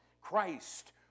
Christ